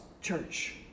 church